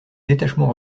détachement